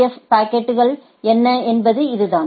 ஃப் பாக்கெட்டுகள் என்ன என்பது இதுதான்